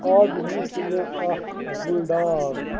آز وٕچھ مےٚ اکھ بُل ڈاگ